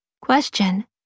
Question